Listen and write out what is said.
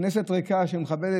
כנסת ריקה שמכבדת,